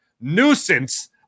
nuisance